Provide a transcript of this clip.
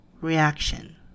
reaction